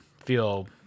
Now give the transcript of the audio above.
feel